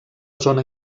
zona